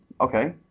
Okay